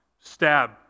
stab